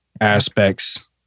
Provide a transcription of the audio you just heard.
aspects